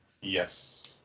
Yes